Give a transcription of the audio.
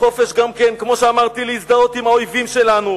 חופש גם, כמו שאמרתי, להזדהות עם אויבים שלנו.